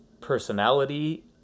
personality